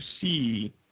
see